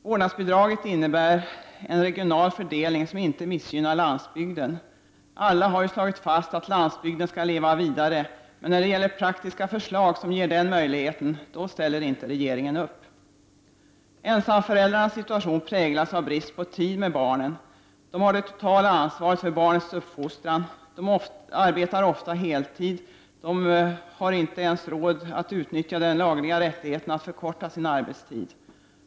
Vårdnadsbidraget innebär en regional fördelning som inte missgynnar landsbygden. Alla har ju slagit fast att landsbygden skall leva vidare. Men när det gäller praktiska förslag som ger den möjligheten ställer inte regeringen upp. Ensamföräldrarnas situation präglas av föräldrarnas brist på tid med barnen. De har det totala ansvaret för barnens uppfostran och arbetar ofta heltid, då de inte ens har råd att utnyttja den lagliga rättigheten att förkorta sin arbetstid.